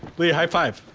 lee, high five.